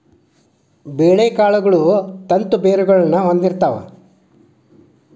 ಬೇಳೆಕಾಳುಗಳು ತಂತು ಬೇರುಗಳನ್ನಾ ಹೊಂದಿರ್ತಾವ